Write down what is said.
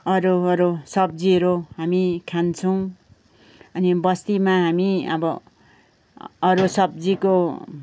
अरूहरू सब्जीहरू हामी खान्छौँ अनि बस्तीमा हामी अब अरू सब्जीको